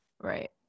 right